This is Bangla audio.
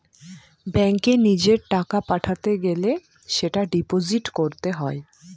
ব্যাঙ্কে নিজের টাকা পাঠাতে গেলে সেটা ডিপোজিট করতে হয়